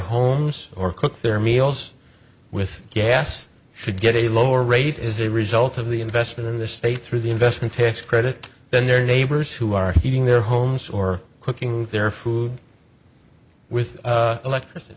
homes or cook their meals with gas should get a lower rate as a result of the investment in this state through the investment tax credit than their neighbors who are heating their homes or cooking their food with electricity